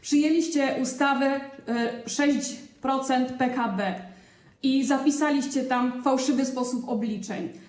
Przyjęliście ustawę, 6% PKB, i zapisaliście tam fałszywy sposób obliczeń.